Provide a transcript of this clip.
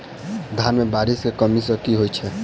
धान मे बारिश केँ कमी सँ की होइ छै?